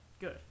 good